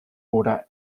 order